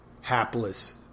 hapless